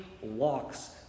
walks